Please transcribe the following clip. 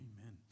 Amen